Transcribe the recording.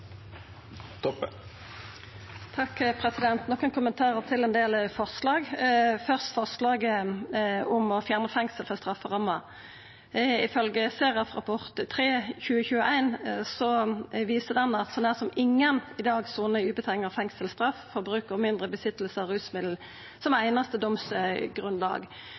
kommentarar til ein del forslag: Først til forslaget om å fjerna fengsel frå strafferamma. SERAF-rapport 3/2021 viser at så nær som ingen i dag sonar fengselsstraff utan vilkår der bruk og mindre innehav av rusmiddel er det einaste